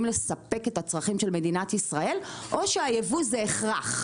לספק את הצרכים של מדינת ישראל או שהייבוא זה הכרח?